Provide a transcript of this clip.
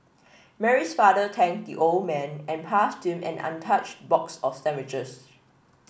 Mary's father thanked the old man and passed him an untouched box of sandwiches